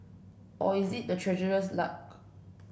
or is it the Treasurer's luck